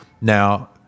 now